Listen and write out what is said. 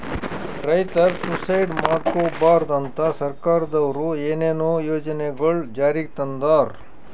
ರೈತರ್ ಸುಯಿಸೈಡ್ ಮಾಡ್ಕೋಬಾರ್ದ್ ಅಂತಾ ಸರ್ಕಾರದವ್ರು ಏನೇನೋ ಯೋಜನೆಗೊಳ್ ಜಾರಿಗೆ ತಂದಾರ್